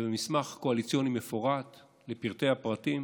ובמסמך קואליציוני מפורט לפרטי-פרטים,